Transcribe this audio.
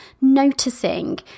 noticing